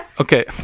okay